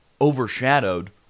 overshadowed